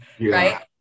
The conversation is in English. right